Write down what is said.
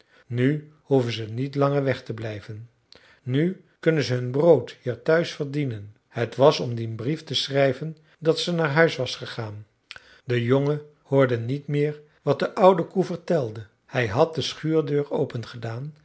nu hoeven ze niet langer weg te blijven nu kunnen ze hun brood hier thuis verdienen het was om dien brief te schrijven dat ze naar huis was gegaan de jongen hoorde niet meer wat de oude koe vertelde hij had de schuurdeur open gedaan